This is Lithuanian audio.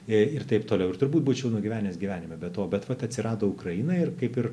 ir taip toliau ir turbūt būčiau nugyvenęs gyvenime be to bet vat atsirado ukraina ir kaip ir